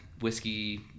whiskey